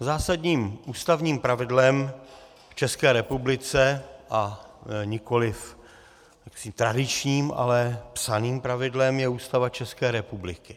Zásadním ústavním pravidlem v České republice, a nikoliv tradičním, ale psaným pravidlem, je Ústava České republiky.